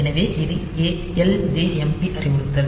எனவே இது ljmp அறிவுறுத்தல்